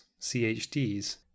CHDs